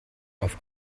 auf